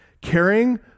caring